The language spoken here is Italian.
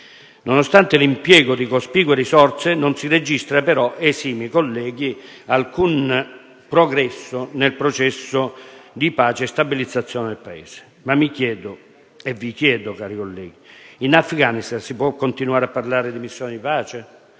Nonostante l'impiego di cospicue risorse non si registra però, esimi colleghi, alcun progresso nel processo di pace e stabilizzazione del Paese. Ma mi chiedo, e vi chiedo, cari colleghi: in Afghanistan si può continuare a parlare di missione di pace?